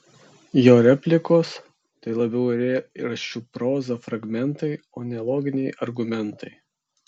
jo replikos tai labiau eilėraščių proza fragmentai o ne loginiai argumentai